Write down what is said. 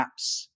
apps